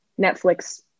netflix